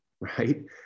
right